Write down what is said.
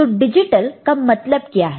तो डिजिटल का मतलब क्या है